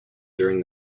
during